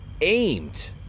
aimed